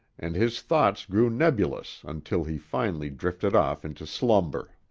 and his thoughts grew nebulous until he finally drifted off into slumber.